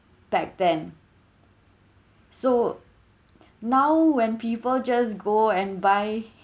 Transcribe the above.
back then so now when people just go and buy